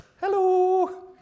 Hello